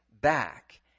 back